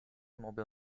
mobil